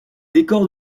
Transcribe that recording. décors